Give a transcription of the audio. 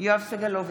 יואב סגלוביץ'